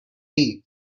tea